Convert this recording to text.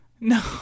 no